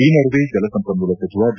ಈ ನಡುವೆ ಜಲಸಂಪನೂಲ ಸಚಿವ ಡಿ